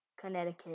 Connecticut